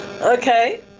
Okay